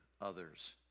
others